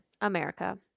America